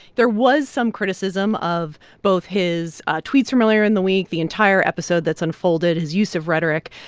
there was some criticism of both his tweets from earlier in the week, the entire episode that's unfolded, his use of rhetoric.